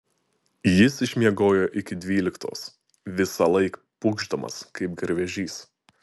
jis išmiegojo iki dvyliktos visąlaik pūkšdamas kaip garvežys